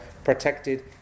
Protected